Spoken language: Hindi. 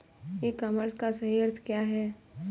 ई कॉमर्स का सही अर्थ क्या है?